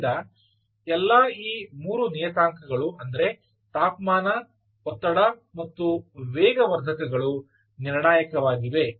ಆದ್ದರಿಂದ ಎಲ್ಲಾ ಈ 3 ನಿಯತಾಂಕಗಳು ಅಂದರೆ ತಾಪಮಾನ ಒತ್ತಡ ಮತ್ತು ವೇಗವರ್ಧಕಗಳು ನಿರ್ಣಾಯಕವಾಗಿವೆ